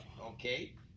Okay